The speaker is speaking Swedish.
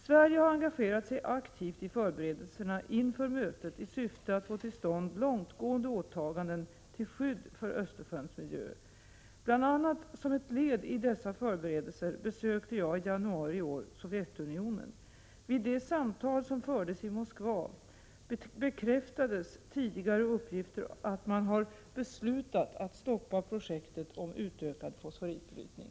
Sverige har engagerat sig aktivt i förberedelserna inför mötet i syfte att få tillstånd långtgående åtaganden till skydd för Östersjöns miljö. Bl. a. som ett led i dessa förberedelser besökte jag i januari i år Sovjetunionen. Vid de samtal som fördes i Moskva bekräftades tidigare uppgifter att man har beslutat att stoppa projektet om utökad fosforitbrytning.